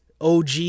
OG